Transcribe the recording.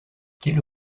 quel